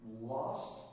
lost